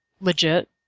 legit